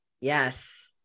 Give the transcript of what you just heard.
yes